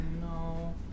no